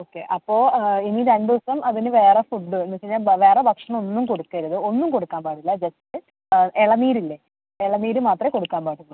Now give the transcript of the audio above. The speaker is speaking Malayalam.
ഓക്കെ അപ്പോൾ ഇനി രണ്ട് ദിവസം അതിന് വേറെ ഫുഡ് എന്ന് വെച്ചുകഴിഞ്ഞാൽ വേറെ ഭക്ഷണം ഒന്നും കൊടുക്കരുത് ഒന്നും കൊടുക്കാൻ പാടില്ല ജസ്റ്റ് ഇളനീരില്ലേ ഇളനീർ മാത്രമേ കൊടുക്കാൻ പാടുള്ളൂ